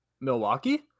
Milwaukee